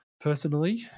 personally